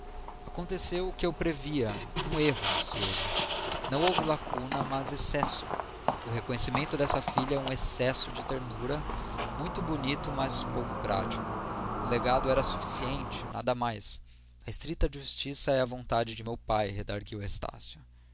o que eu previa um erro disse ele não houve lacuna mas excesso o reconhecimento dessa filha é um excesso de ternura muito bonito mas pouco prático um legado era suficiente nada mais a estrita justiça a estrita justiça é a vontade de meu pai redargüiu estácio